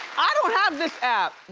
i don't have this app.